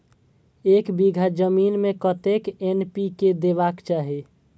एक बिघा जमीन में कतेक एन.पी.के देबाक चाही?